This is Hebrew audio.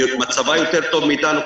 מצבה יותר טוב מאתנו,